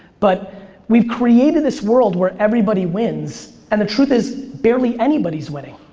but we've created this world where everybody wins and the truth is barely anybody's winning.